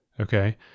Okay